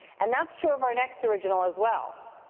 and that's true of our next original as well.